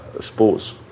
sports